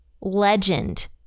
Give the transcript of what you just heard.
legend